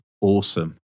awesome